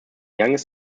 youngest